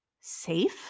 safe